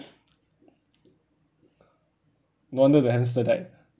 no wonder the hamster died